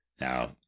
Now